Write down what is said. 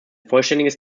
vollständiges